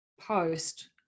post